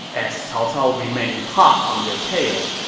as cao cao remained hot on their tail.